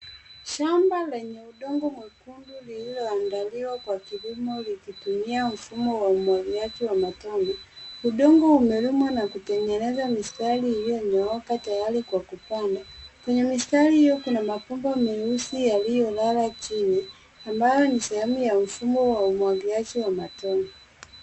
Shamba lenye udongo mwekundu lililoandaliwa kwa kilimo likitumika mfumo wa umwagiliaji wa matone. Udongo umelimwa na kuetengeneza mistari iliyonyooka tayari kwa kupanda. Kwenye mistari hiyo kuna makamba meusi yaliyolala chini. Ambayo ni sehemu ya mfumo wa umwagiliaji wa matone.